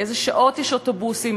באילו שעות יש אוטובוסים,